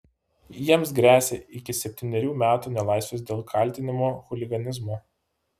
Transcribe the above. jiems gresia iki septynerių metų nelaisvės dėl kaltinimų chuliganizmu